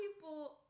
people